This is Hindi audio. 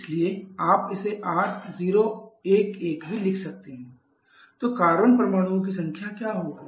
इसलिए आप इसे R011 भी लिख सकते हैं तो कार्बन परमाणुओं की संख्या क्या होगी